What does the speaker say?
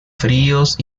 fríos